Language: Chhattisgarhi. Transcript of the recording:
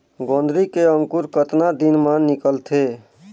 जोंदरी के अंकुर कतना दिन मां निकलथे?